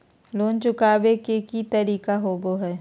Loan चुकाबे के की तरीका होबो हइ?